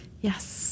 Yes